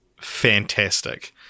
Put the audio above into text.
fantastic